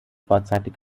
vorzeitig